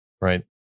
Right